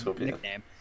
nickname